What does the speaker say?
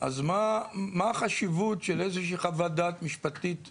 אז מה החשיבות של איזושהי חוות דעת משפטית שם?